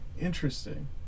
interesting